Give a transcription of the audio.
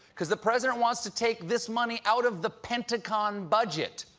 because the president wants to take this money out of the pentagon budget.